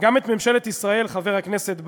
גם את ממשלת ישראל, חבר הכנסת בר,